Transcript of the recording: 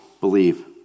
believe